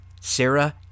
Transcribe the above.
Sarah